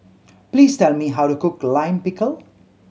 please tell me how to cook Lime Pickle